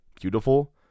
beautiful